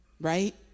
right